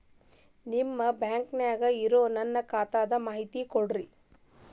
ನಿಮ್ಮ ಬ್ಯಾಂಕನ್ಯಾಗ ಇರೊ ನನ್ನ ಖಾತಾದ ಮಾಹಿತಿ ಕೊಡ್ತೇರಿ?